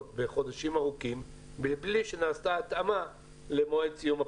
בחודשים ארוכים מבלי שנעשתה התאמה למועד סיום הפרויקט.